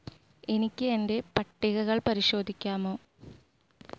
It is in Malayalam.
എനിക്ക് എന്റെ പട്ടികകൾ പരിശോധിക്കാമോ